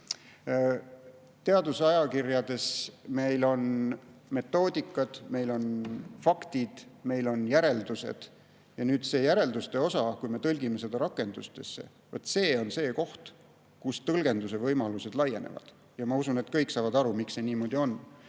Teadusajakirjades meil on metoodikad, meil on faktid, meil on järeldused. Kui me seda järelduste osa tõlgime rakendustesse, siis see on see koht, kus tõlgendusvõimalused laienevad. Ma usun, et kõik saavad aru, miks see niimoodi on.